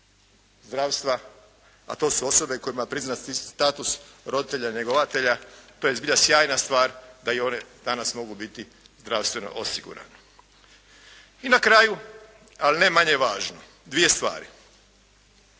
zdravstva, a to su osobe kojima je priznati status roditelja njegovatelja, to je zbilja sjajna stvar da i one danas mogu biti zdravstveno osigurane. I na kraju, ali ne manje važno, dvije stvari.